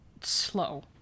slow